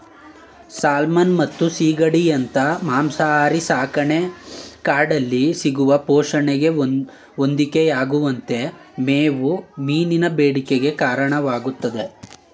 salmon ಮತ್ತು ಸೀಗಡಿಯಂತ ಮಾಂಸಾಹಾರಿ ಸಾಕಣೆ ಕಾಡಲ್ಲಿ ಸಿಗುವ ಪೋಷಣೆಗೆ ಹೊಂದಿಕೆಯಾಗುವಂತೆ ಮೇವು ಮೀನಿನ ಬೇಡಿಕೆಗೆ ಕಾರಣವಾಗ್ತದೆ